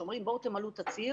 שאומרים: בואו תמלאו תצהיר,